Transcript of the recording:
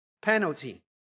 penalty